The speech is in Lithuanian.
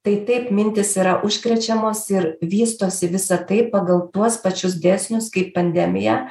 tai taip mintys yra užkrečiamos ir vystosi visa tai pagal tuos pačius dėsnius kaip pandemija